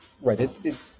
right